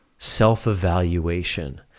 self-evaluation